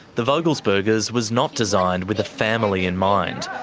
the vogelsberger's was not designed with a family in mind.